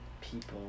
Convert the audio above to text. people